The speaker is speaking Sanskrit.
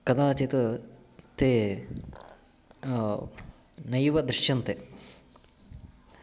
कदाचित् ते नैव दृश्यन्ते